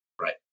right